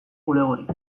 bulegorik